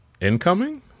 Incoming